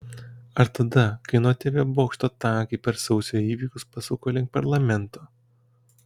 ar tada kai nuo tv bokšto tankai per sausio įvykius pasuko link parlamento